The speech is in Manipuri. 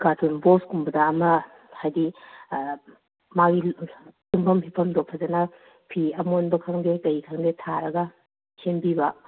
ꯀꯥꯔꯇꯨꯟ ꯕꯣꯛꯁꯀꯨꯝꯕꯗ ꯑꯃ ꯍꯥꯏꯗꯤ ꯃꯥꯒꯤ ꯇꯨꯝꯐꯝ ꯍꯤꯞꯐꯝꯗꯣ ꯐꯖꯅ ꯐꯤ ꯑꯃꯣꯟꯕ ꯈꯪꯗꯦ ꯀꯩ ꯈꯪꯗꯦ ꯊꯥꯔꯒ ꯁꯦꯝꯕꯤꯕ